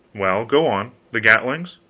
well, go on. the gatlings?